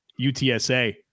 UTSA